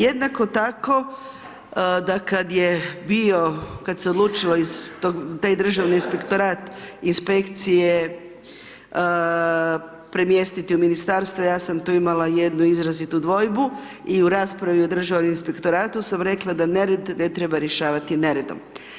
Jednako tako da kada je bio, kada se odlučio taj Državni inspektorat, inspekcije premjestiti u Ministarstvu, ja sam tu imala jednu izrazitu dvojbu i u raspravi u Državnom inspektoratu sam rekla da nered ne treba rješavati neredom.